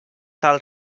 tal